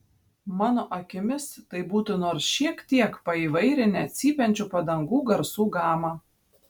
mano akimis tai būtų nors šiek tiek paįvairinę cypiančių padangų garsų gamą